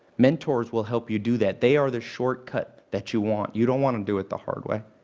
mentors will help you do that. they are the shortcut that you want. you don't want to do it the hard way.